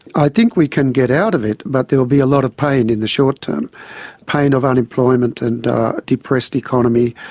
i think we can get out of it, but there'll be a lot of pain in the short term pain of unemployment and depressed economy,